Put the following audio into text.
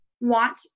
want